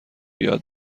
یاد